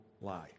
lie